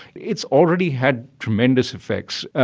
it's already had tremendous effects.